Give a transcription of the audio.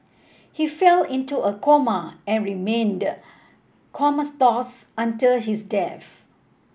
he fell into a coma and remained comatose until his death